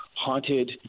haunted